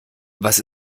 was